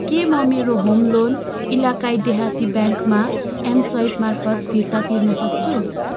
के म मेरो होम लोन इलाकाई देहाती ब्याङ्कमा एमस्वाइपमार्फत फिर्ता तिर्न सक्छु